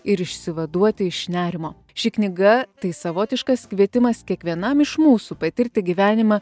ir išsivaduoti iš nerimo ši knyga tai savotiškas kvietimas kiekvienam iš mūsų patirti gyvenimą